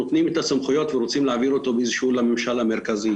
נותנים את הסמכויות ורוצים להעביר אותן לממשל המרכזי.